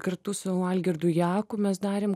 kartu su algirdu jaku mes darėm